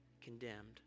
condemned